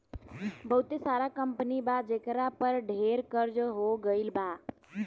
बहुते सारा कंपनी बा जेकरा पर ढेर कर्ज हो गइल बा